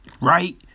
right